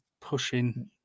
pushing